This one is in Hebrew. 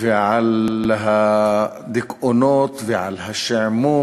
על הדיכאונות ועל השעמום,